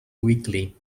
weakly